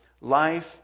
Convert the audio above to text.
life